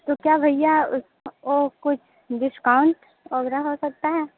तो क्या भैया वो कुछ डिस्काउंट वग़ैरह हो सकता है